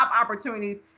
opportunities